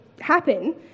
happen